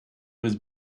was